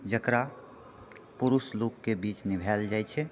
जकरा पुरुष लोकके बीच निभाएल जाइत छै